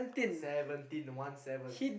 seventeen one seven